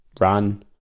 run